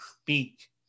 speak